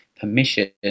permission